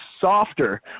softer